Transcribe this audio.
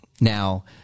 Now –